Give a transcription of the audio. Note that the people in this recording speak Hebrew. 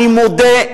אני מודה,